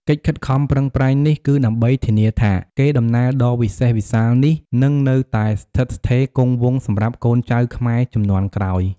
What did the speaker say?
កិច្ចខិតខំប្រឹងប្រែងនេះ គឺដើម្បីធានាថា កេរដំណែលដ៏វិសេសវិសាលនេះនឹងនៅតែស្ថិតស្ថេរគង់វង្សសម្រាប់កូនចៅខ្មែរជំនាន់ក្រោយ។